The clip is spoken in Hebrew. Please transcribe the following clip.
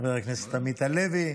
חבר הכנסת עמית הלוי,